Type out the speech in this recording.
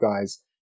guys